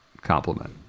compliment